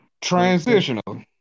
transitional